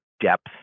depth